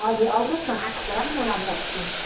हजुर आउनु होस् न आएको छ राम्रो राम्रो आएको छ